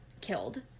killed